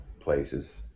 places